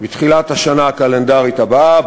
בתחילת השנה הקלנדרית הבאה,